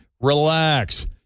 Relax